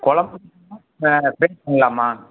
குழம்பும்மா fry பண்ணலாம்மா